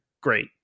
Great